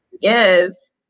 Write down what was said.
yes